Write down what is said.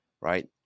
right